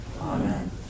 Amen